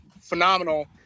phenomenal